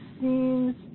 seems